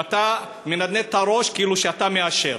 ואתה מנדנד את הראש כאילו אתה מאשר,